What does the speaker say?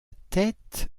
tête